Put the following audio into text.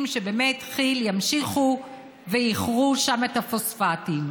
שבאמת כי"ל ימשיכו ויכרו שם את הפוספטים.